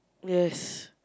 yes